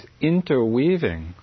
interweaving